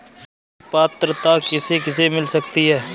ऋण पात्रता किसे किसे मिल सकती है?